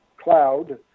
cloud